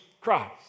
Christ